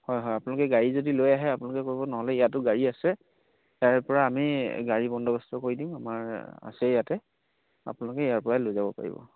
হয় হয় আপোনালোকে গাড়ী যদি লৈ আহে আপোনালোকে কৰিব নহ'লে ইয়াতো গাড়ী আছে ইয়াৰে পৰা আমি গাড়ী বন্দবস্ত কৰি দিম আমাৰ আছে ইয়াতে আপোনালোকে ইয়াৰ পৰাই লৈ যাব পাৰিব